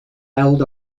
held